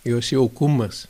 jos jaukumas